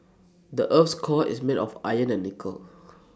the Earth's core is made of iron and nickel